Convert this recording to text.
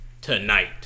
Tonight